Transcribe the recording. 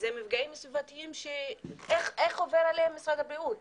אלה מפגעים סביבתיים שאיך עובר על זה משרד הבריאות לסדר-היום?